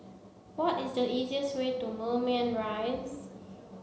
what is the easiest way to Moulmein Rise